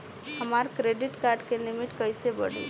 हमार credit card के limit कइसे बढ़ी?